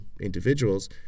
individuals